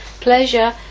pleasure